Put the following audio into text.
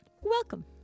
welcome